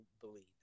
believe